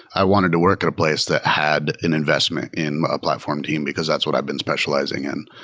i wanted to work at a place that had an investment in a platform team, because that's what i've been specializing in.